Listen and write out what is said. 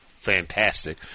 fantastic